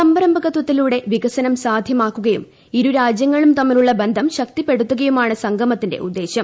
സംരംഭകത്തിലൂടെ വികസനം സാധ്യമാക്കുകയും ഇരുരാജ്യങ്ങളും തമ്മിലുള്ള ബന്ധം ശക്തിപ്പെടുത്തുകയുമാണ് സംഗമത്തിന്റെ ഉദ്ദേശ്യം